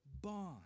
bond